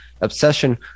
obsession